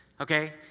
Okay